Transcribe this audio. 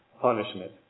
punishment